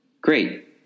Great